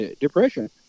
depression